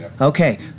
Okay